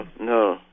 no